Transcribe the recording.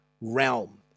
realm